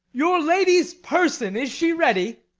your lady's person is she ready?